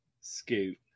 Scoot